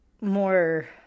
more